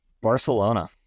Barcelona